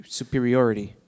superiority